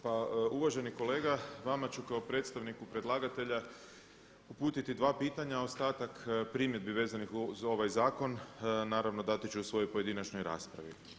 Pa uvaženi kolega vama ću kao predstavniku predlagatelja uputiti dva pitanja, a ostatak primjedbi vezanih uz ovaj zakon naravno dati ću u svojoj pojedinačnoj raspravi.